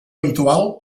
habitual